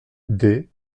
des